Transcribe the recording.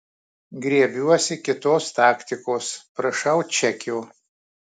griebiuosi kitos taktikos prašau čekio